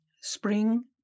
Spring